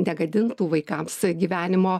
negadintų vaikams gyvenimo